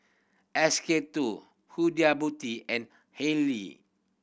S K Two Huda Beauty and Haylee